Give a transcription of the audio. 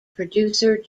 producer